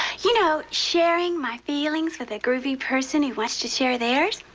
you know, sharing my feelings with a groovy person who wants to share theirs.